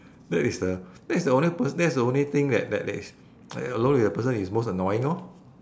that is the that is the only pers~ that's the only thing that that that is when you're alone with the person is most annoying lor